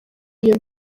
iyo